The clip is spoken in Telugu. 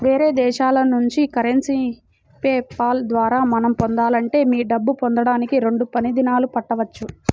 వేరే దేశాల నుంచి కరెన్సీని పే పాల్ ద్వారా మనం పొందాలంటే మీ డబ్బు పొందడానికి రెండు పని దినాలు పట్టవచ్చు